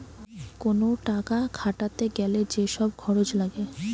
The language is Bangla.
কোন টাকা খাটাতে গ্যালে যে সব খরচ লাগে